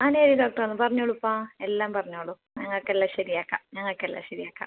അതേത് ഡോക്ടറാണ് പറഞ്ഞോളൂപ്പാ എല്ലാം പറഞ്ഞോളൂ ഞങ്ങൾക്ക് എല്ലാം ശരി ആക്കാം ഞങ്ങൾക്ക് എല്ലം ശരി ആക്കാം